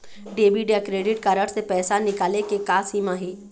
Debit या credit card से पैसा निकाले के का सीमा हे?